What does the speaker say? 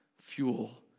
fuel